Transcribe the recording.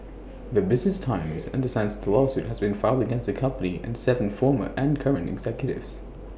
the business times understands the lawsuit has been filed against the company and Seven former and current executives